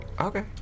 Okay